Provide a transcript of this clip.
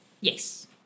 Yes